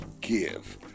give